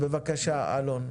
בבקשה, אלון.